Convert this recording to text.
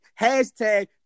Hashtag